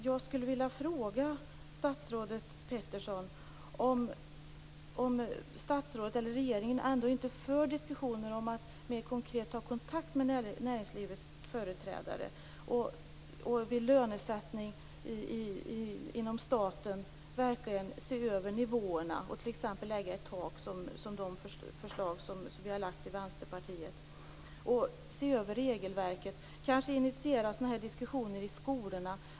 Jag skulle vilja fråga statsrådet Peterson om regeringen inte för diskussioner som handlar om att mera konkret ta kontakt med näringslivets företrädare. Vid lönesättningen inom staten gäller det att verkligen se över nivåerna. Man kan t.ex. lägga ett tak i enlighet med de förslag som vi i Vänsterpartiet har lagt fram. Vidare gäller det att se över regelverket och att kanske initiera sådana här diskussioner ute på skolorna.